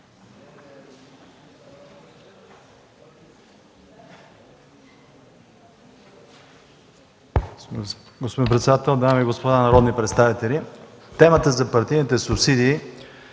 Господин председател, дами и господа народни представители! Темата за партийните субсидии